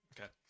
Okay